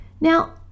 now